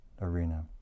arena